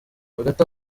hagati